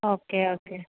okay okay